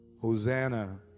Hosanna